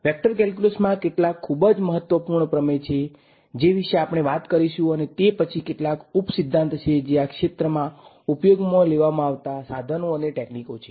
vector કેલ્ક્યુલસમાં કેટલાક ખૂબ જ મહત્વપૂર્ણ પ્રમેય છે જે વિશે આપણે વાત કરીશું અને તે પછી કેટલાક ઉપસિદ્ધાંત છે જે આ ક્ષેત્રમાં ઉપયોગમાં લેવામાં આવતા સાધનો અને તકનીકો છે